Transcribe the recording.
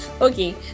Okay